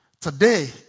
Today